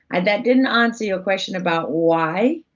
and that didn't answer your question about why,